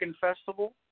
Festival